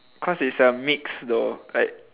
cause it's a mix though like